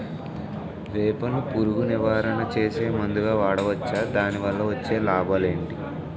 వేప ను పురుగు నివారణ చేసే మందుగా వాడవచ్చా? దాని వల్ల వచ్చే లాభాలు ఏంటి?